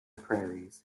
prairies